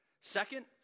Second